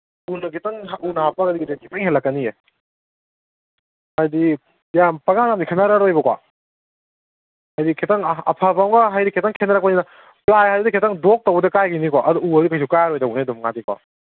ꯎꯅ ꯈꯤꯇꯪ ꯎꯅ ꯍꯥꯞꯄꯒꯗꯤ ꯈꯤꯇꯪ ꯍꯦꯜꯂꯛꯀꯅꯤꯌꯦ ꯍꯥꯏꯗꯤ ꯌꯥꯝ ꯄꯪꯌꯥꯝ ꯌꯥꯝꯗꯤ ꯈꯦꯟꯅꯔꯔꯣꯏꯕꯀꯣ ꯍꯥꯏꯗꯤ ꯑꯐꯕ ꯑꯝꯒ ꯍꯥꯏꯗꯤ ꯈꯤꯇꯪ ꯈꯦꯠꯅꯔꯛꯄꯅꯤꯅ ꯄ꯭ꯂꯥꯏ ꯍꯥꯏꯕꯗꯤ ꯈꯤꯇꯪ ꯗꯣꯛ ꯇꯧꯕꯗ ꯀꯥꯏꯒꯤꯅꯤꯀꯣ ꯑꯗꯨ ꯎ ꯑꯣꯏꯔꯗꯤ ꯀꯩꯁꯨ ꯀꯥꯏꯔꯔꯣꯏꯗꯧꯅꯤ ꯑꯗꯨꯝ ꯃꯥꯗꯤꯀꯣ